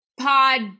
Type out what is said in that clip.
pod